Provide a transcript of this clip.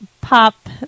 pop